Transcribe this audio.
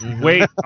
Wait